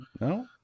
No